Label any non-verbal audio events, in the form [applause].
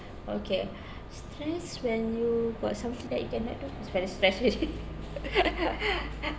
okay [breath] stress when you got something that you can make do to de stress especially [laughs]